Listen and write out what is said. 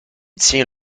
tient